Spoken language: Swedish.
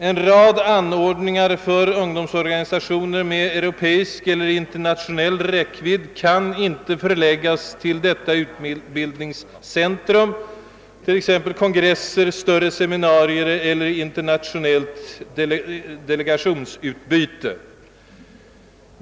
En rad anordningar för ungdomsorganisationer med europeisk eller internationell aktionsradie kan inte förläggas till detta utbildningscentrum, t.ex. kongresser, större seminarier eller in ternationellt delegationsutbyte.